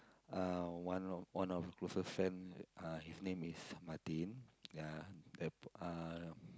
uh one of one of closest friend uh his name is Martin ya the uh